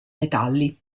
metalli